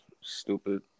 stupid